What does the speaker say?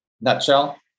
nutshell